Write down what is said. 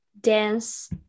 dance